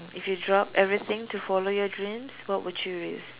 if you drop everything to follow your dreams what would you risk